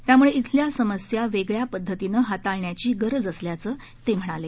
त्यामुळे इथल्या समस्या वेगळ्यापद्धतीने हाताळण्याची गरज असल्याचे ते म्हणाले